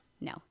No